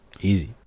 Easy